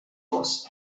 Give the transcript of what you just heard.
was